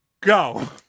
Go